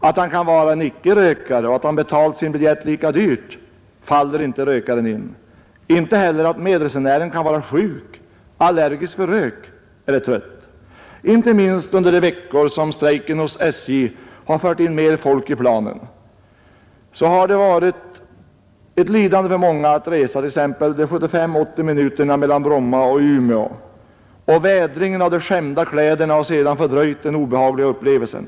Att grannen kan vara en icke-rökare och att han betalat sin Nr 51 biljett lika dyrt faller inte rökaren in, ej heller att medresenären kan vara Torsdagen den sjuk, allergisk för rök eller trött. 25 mars 1971 Inte minst under de veckor som strejken hos SJ förde in mer människor i planen var det ett lidande för många att resa t.ex. de 75—80 Om flexibel arbetsminuterna mellan Bromma och Umeå. Vädringen av de skämda kläderna för statsanställ har sedan förlängt den obehagliga upplevelsen.